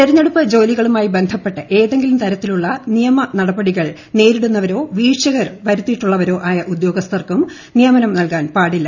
തെരഞ്ഞെടുപ്പ് ജോലികളുമായി ബന്ധപ്പെട്ട് ഏതെങ്കിലും തരത്തിലുള്ള നിയമനടപടികൾ നേരിടുന്നവരോ വീഴ്ചകൾ വരുത്തിയിട്ടുള്ളതോ ആയ ഉദ്യോസ്ഥർക്കും നിയമനം നൽകാൻ പാടില്ല